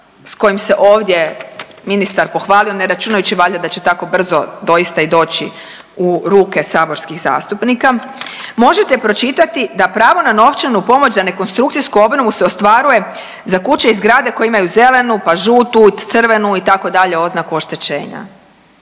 s kojim se ovdje ministar pohvalio, ne računajući valjda da će tako brzo doista i doći u ruke saborskih zastupnika, možete pročitati da pravo na novčanu pomoć za nekonstrukcijsku obnovu se ostvaruje za kuće i zgrade koje imaju zelenu, pa žutu, crvenu, itd. oznaku oštećenja.